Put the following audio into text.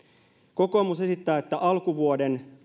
kokoomus esittää että alkuvuoden